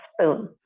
spoon